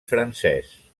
francès